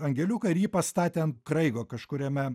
angeliuką ir jį pastatė ant kraigo kažkuriame